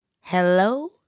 Hello